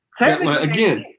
Again